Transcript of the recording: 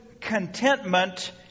contentment